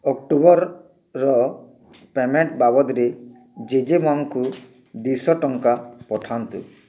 ଅକ୍ଟୋବରର payment ବାବଦରେ ଜେଜେମା'ଙ୍କୁ ଦୁଇଶହ ଟଙ୍କା ପଠାନ୍ତୁ